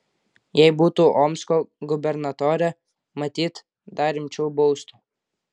jei būtų omsko gubernatore matyt dar rimčiau baustų